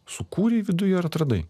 sukūrei viduj ar atradai